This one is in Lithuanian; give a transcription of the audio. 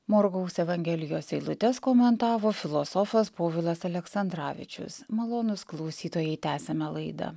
morkaus evangelijos eilutes komentavo filosofas povilas aleksandravičius malonūs klausytojai tęsiame laidą